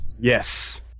Yes